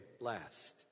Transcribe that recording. last